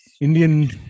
Indian